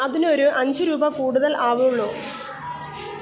അതിനൊരു അഞ്ച് രൂപ കൂടുതൽ ആവുകയുള്ളൂ